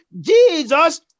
Jesus